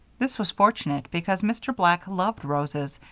this was fortunate because mr. black loved roses,